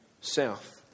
south